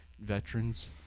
veterans